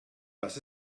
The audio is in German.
das